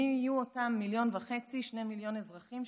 מי יהיו אותם 1.5 מיליון, 2 מיליון אזרחים,